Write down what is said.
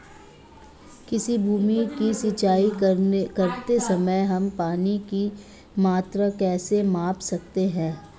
किसी भूमि की सिंचाई करते समय हम पानी की मात्रा कैसे माप सकते हैं?